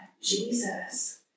Jesus